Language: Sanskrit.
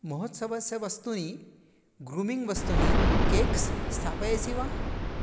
महोत्सवस्य वस्तूनि ग्रूमिङ्ग् वस्तुनि केक्स् स्थापयसि वा